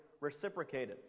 reciprocated